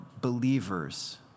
believers